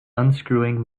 unscrewing